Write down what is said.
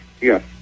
Yes